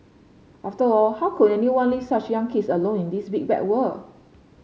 after all how could anyone leave such young kids alone in this big bad world